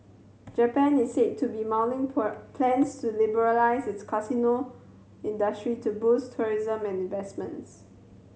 Japan is said to be mulling plans to liberalise its casino industry to boost tourism and investments